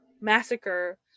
massacre